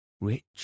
rich